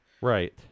Right